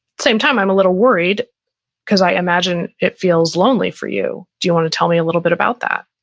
same time. i'm a little worried because i imagine it feels lonely for you. do you want to tell me a little bit about that?